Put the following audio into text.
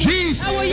Jesus